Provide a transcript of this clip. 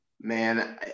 Man